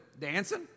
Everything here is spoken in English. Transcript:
dancing